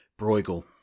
Bruegel